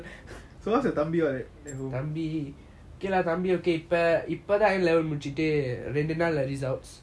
so what's your தம்பி:thambi